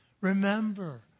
Remember